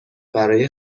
برای